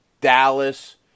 Dallas